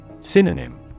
Synonym